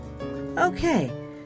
Okay